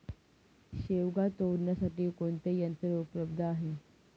शेवगा तोडण्यासाठी कोणते यंत्र उपलब्ध आहे?